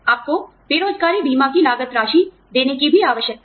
आपको बेरोज़गारी बीमा की लागत राशि देने की भी आवश्यकता है